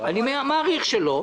אני מעריך שלא.